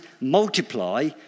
multiply